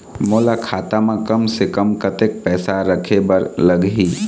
मोला खाता म कम से कम कतेक पैसा रखे बर लगही?